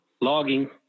logging